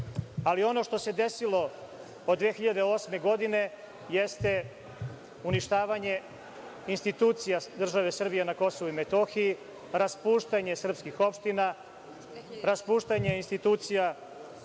Ali, ono što se desilo od 2008. godine jeste uništavanje institucija države Srbije na KiM, raspuštanje srpskih opština, raspuštanje institucija